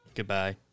Goodbye